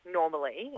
normally